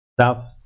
South